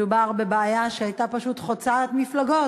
מדובר בבעיה שהייתה פשוט חוצת-מפלגות.